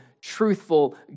truthful